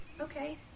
okay